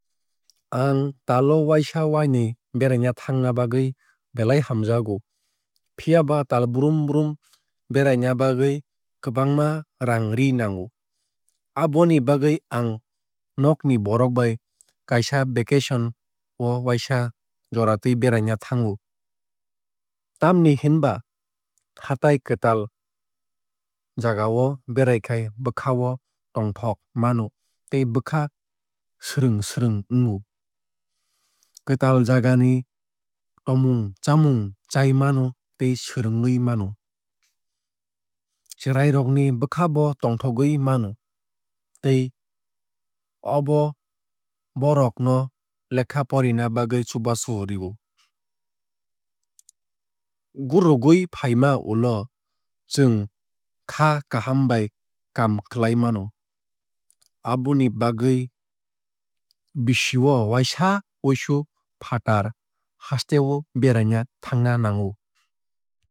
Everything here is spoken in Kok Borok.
Ang talo waisa wainui beraina thangna bagwui belai hamjago. Phiaba talbrum brum beraina bagwui kwbangma raang ree nango. Aboni bagui ang nogni borok bai kaisa vacation o waisa joratwui beraina thango. Tamoni hinba hatai kwtal jagao beraikhai bwkha o tongthok mano tei bwkha swrwng swrwng wngo. Kwtal jagani tomung chamung chai mano tei swrwngui mano. Cherrai rok ni bwkha bo tongthogwui mano tei abo bohrok no lekha porina bagwui chubachu rwio. Gurugui faima ulo chwng kha kaham bai kaam khlai mano. Aboni bagui bisio waisa wuisu fatar hasteo beraina thangna nango.